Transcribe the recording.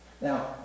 Now